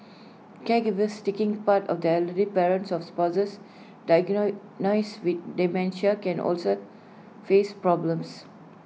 caregivers taking part of the elderly parents or spouses with dementia can also face problems